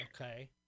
Okay